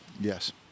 Yes